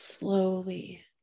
Slowly